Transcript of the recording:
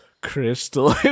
crystal